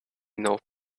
not